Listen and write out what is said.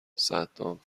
صدام